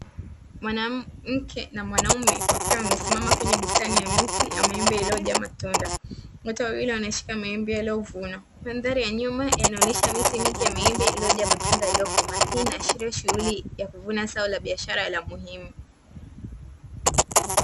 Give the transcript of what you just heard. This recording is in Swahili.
Mwanamke na mwanaume wakiwa wamesimama kwenye bustani ya miti ya miembe iliyojaa matunda, watu wawili wanashika maembe yaliyovunwa. Pembeni ya nyumba inaonesha miti mingi ya maembe iliyojaa matunda yaliyokomaa, hii inaashiria shughuli ya kuvuna zao la biashara la umuhimu.